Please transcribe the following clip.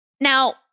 Now